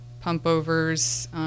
pump-overs